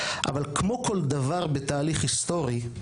אבל כמו כל דבר בתהליך היסטורי,